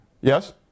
Yes